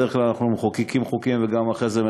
בדרך כלל אנחנו מחוקקים חוקים ואחרי זה גם